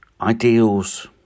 ideals